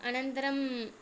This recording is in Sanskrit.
अनन्तरं